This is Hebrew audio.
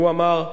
הוא אמר: